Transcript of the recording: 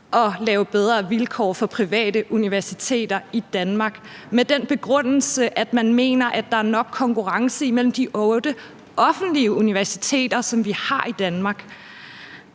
at lave bedre vilkår for private universiteter i Danmark, med den begrundelse at man mener, at der er nok konkurrence mellem de otte offentlige universiteter, som vi har i Danmark.